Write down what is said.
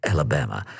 Alabama